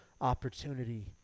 opportunity